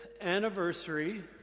anniversary